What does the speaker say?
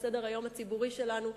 על סדר-היום הציבורי שלנו,